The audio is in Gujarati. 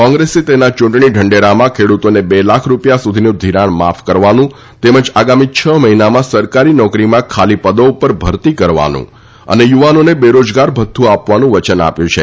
કોંગ્રેસે તેના યૂંટણી ઢંઢેરામાં ખેડૂતોને બે લાખ રૂપિયા સુધીનું ઘિરાણ માફ કરવાનું તેમજ આગામી છ મહિનામાં સરકારી નોકરીમાં ખાલી પદો ઉપર ભરતી કરવાનું અને યુવાનોને બેરોજગાર ભથ્થુ આપવાનું વચન આપ્યું છે